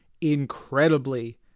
incredibly